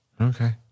okay